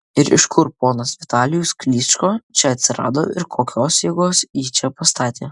ir iš kur ponas vitalijus klyčko čia atsirado ir kokios jėgos jį čia pastatė